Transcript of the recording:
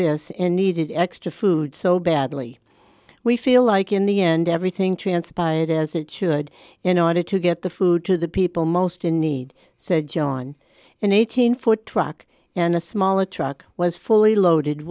this in needed extra food so badly we feel like in the end everything transpired as it should you know i did to get the food to the people most in need said john an eighteen foot truck and a small a truck was fully loaded